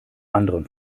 anderen